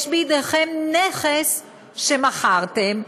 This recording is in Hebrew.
יש בידיכם נכס שמכרתם,